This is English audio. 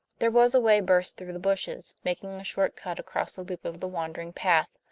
there was a way burst through the bushes, making a short cut across a loop of the wandering path